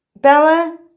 Bella